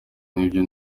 n’ibyo